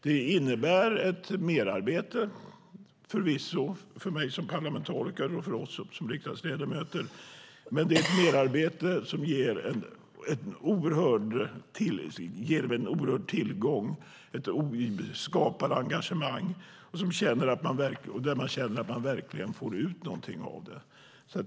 Det innebär förvisso ett merarbete för oss som parlamentariker och riksdagsledamöter, men det är ett merarbete som ger en oerhörd tillgång. Det skapar engagemang, och man känner att man verkligen får ut någonting av det.